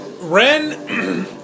Ren